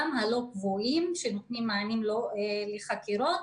גם הלא קבועים ונותנים מענים בחקירות,